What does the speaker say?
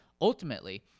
Ultimately